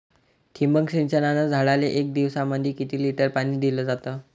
ठिबक सिंचनानं झाडाले एक दिवसामंदी किती लिटर पाणी दिलं जातं?